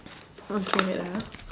okay wait ah